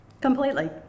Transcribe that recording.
Completely